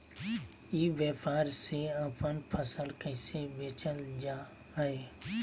ई व्यापार से अपन फसल कैसे बेचल जा हाय?